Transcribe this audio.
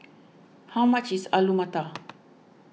how much is Alu Matar